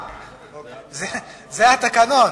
תמכו,